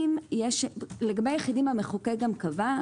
לגבי יחידים המחוקק גם קבע,